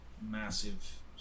massive